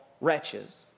wretches